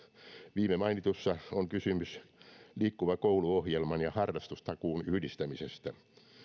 viimemainitussa on kysymys liikkuva koulu ohjelman ja harrastustakuun yhdistämisestä